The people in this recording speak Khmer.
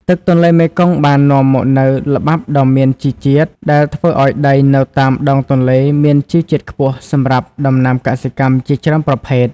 ទឹកទន្លេមេគង្គបាននាំមកនូវល្បាប់ដ៏មានជីជាតិ ដែលធ្វើឲ្យដីនៅតាមដងទន្លេមានជីជាតិខ្ពស់សម្រាប់ដំណាំកសិកម្មជាច្រើនប្រភេទ។